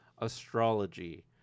astrology